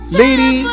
lady